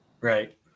Right